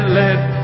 let